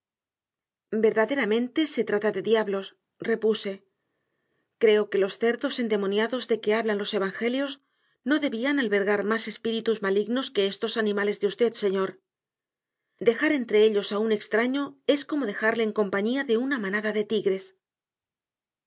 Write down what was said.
verdaderamente se trata de diablos repuse creo que los cerdos endemoniados de que hablan los evangelios no debían albergar más espíritus malignos que estos animales de usted señor dejar entre ellos a un extraño es como dejarle en compañía de una manada de tigres